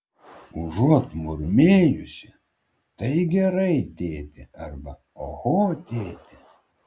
užuot murmėjusi tai gerai tėti arba oho tėti